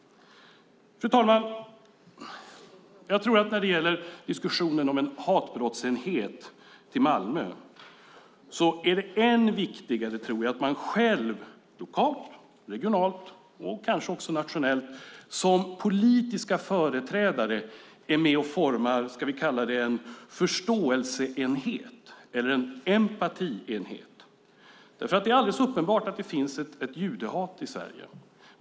Fru talman! När det gäller diskussionen om en hatbrottsenhet i Malmö tror jag att det är än viktigare att de politiska företrädarna själva - lokalt, regionalt och kanske också nationellt - är med och formar något som man kan kalla en förståelseenhet eller en empatienhet. Det är nämligen alldeles uppenbart att det finns ett judehat i Sverige.